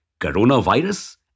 coronavirus